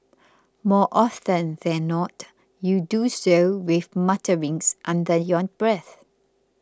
more often than not you do so with mutterings under your breath